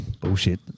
bullshit